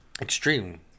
Extreme